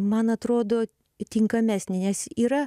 man atrodo tinkamesni nes yra